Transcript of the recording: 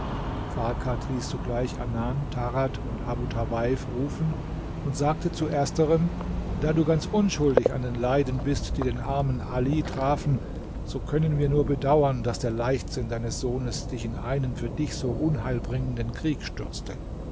farkad ließ sogleich anan tarad und abu tawaif rufen und sagte zu ersterem da du ganz unschuldig an den leiden bist die den armen ali trafen so können wir nur bedauern daß der leichtsinn deines sohnes dich in einen für dich so unheilbringenden krieg stürzte